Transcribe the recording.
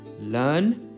learn